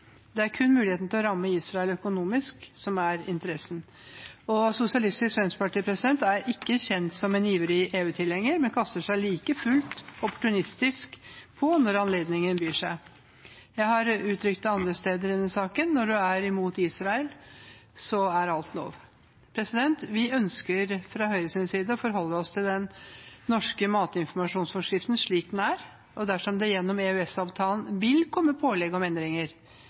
Det er kun muligheten til å ramme Israel økonomisk som er interessen. Sosialistisk Venstreparti er ikke kjent som en ivrig EU-tilhenger, men kaster seg like fullt opportunistisk på når anledningen byr seg. Jeg har uttrykt det andre steder i forbindelse med denne saken, at når man er imot Israel, er alt lov. Vi ønsker fra Høyres side å forholde oss til den norske matinformasjonsforskriften slik den er, og dersom det gjennom EØS-avtalen vil komme pålegg om endringer,